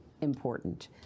important